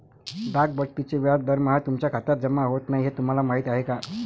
डाक बचतीचे व्याज दरमहा तुमच्या खात्यात जमा होत नाही हे तुम्हाला माहीत आहे का?